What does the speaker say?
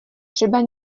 třeba